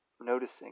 noticing